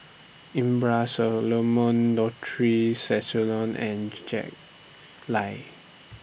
Abraham Solomon Dorothy Tessensohn and Jack Lai